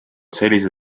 sellise